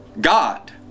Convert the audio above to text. God